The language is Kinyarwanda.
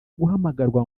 guhamagarwa